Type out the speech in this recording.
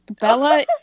Bella